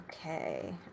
Okay